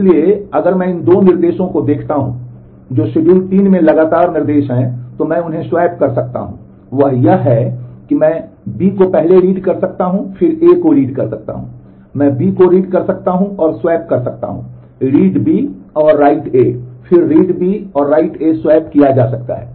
इसलिए अगर मैं इन दो निर्देशों को देखता हूं जो शिड्यूल 3 में लगातार निर्देश हैं तो मैं उन्हें स्वैप कर सकता हूं वह यह है कि मैं B को पहले read कर सकता हूं और फिर A को read कर सकता हूं मैं B को read कर सकता हूं और मैं स्वैप कर सकता हूं read B और write A और read B और write A स्वैप किया जा सकता है